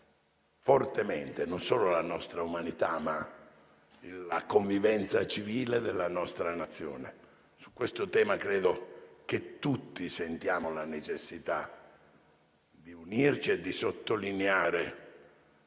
fortemente non solo la nostra umanità, ma la convivenza civile della nostra Nazione. Su questo tema, credo che tutti sentiamo la necessità di unirci e di sottolineare